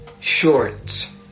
shorts